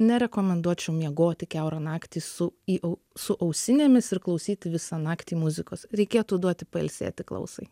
nerekomenduočiau miegoti kiaurą naktį su įau su ausinėmis ir klausyti visą naktį muzikos reikėtų duoti pailsėti klausai